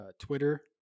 Twitter